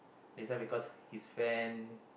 this one because his friend